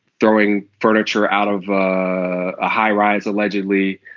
throwing furniture out of a high rise allegedly.